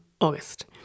August